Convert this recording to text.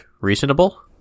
reasonable